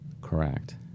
Correct